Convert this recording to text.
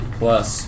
plus